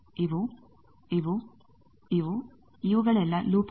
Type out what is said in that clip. ಇವು ಇವು ಇವು ಇವುಗಳೆಲ್ಲಾ ಲೂಪ್ಗಳು